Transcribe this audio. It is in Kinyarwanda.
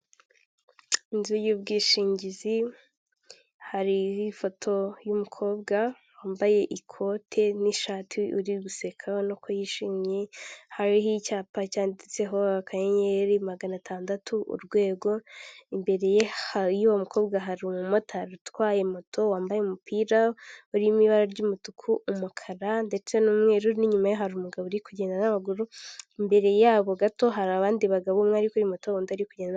Inzu y'ubwishingizi hariho ifoto y'umukobwa wambaye ikote n'ishati uri guseka ubona ko yishimye hariho icyapa cyanditseho kanyenyeri magana atandatu urwego imbere ye y'uwo mukobwa hari umumotari utwaye moto wambaye umupira urimo ibara ry'umutuku, umukara ndetse n'umweru n'inyuma ye hari umugabo uri kugenda n'amaguru imbere yabo gato hari abandi bagabo umwe ari kuri moto undi kugenda.